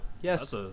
Yes